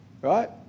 right